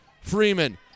Freeman